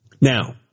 Now